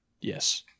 Yes